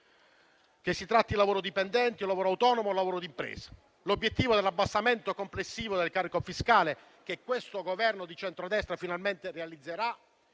che si tratti lavoro dipendente, di lavoro autonomo o di lavoro d'impresa. L'obiettivo della diminuzione complessiva del carico fiscale che questo Governo di centrodestra finalmente realizzerà